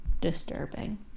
disturbing